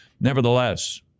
nevertheless